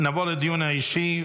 נעבור לדיון האישי.